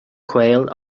caol